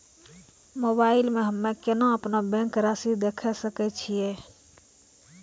Mobile मे हम्मय केना अपनो बैंक रासि देखय सकय छियै?